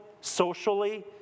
socially